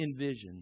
envision